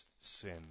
sin